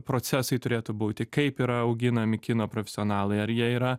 procesai turėtų būti kaip yra auginami kino profesionalai ar jie yra